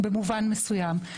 במובן מסוים.